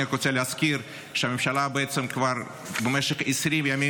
אני רק רוצה להזכיר שהממשלה בעצם כבר במשך 20 ימים